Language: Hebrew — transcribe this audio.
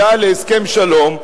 הגעה להסכם שלום,